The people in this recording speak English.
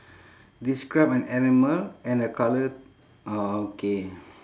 describe an animal and a colour orh okay